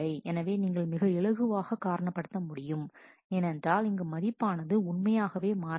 எனவே நீங்கள் மிக இலகுவாக காரணப்படுத்த முடியும் ஏனென்றால் இங்கு மதிப்பானது உண்மையாகவே மாறவில்லை